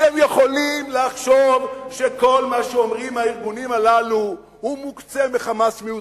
אתם יכולים לחשוב שכל מה שאומרים הארגונים הללו הוא מוקצה מחמת מיאוס,